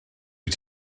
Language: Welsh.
wyt